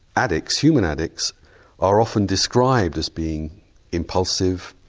addicts, human addicts are often described as being impulsive,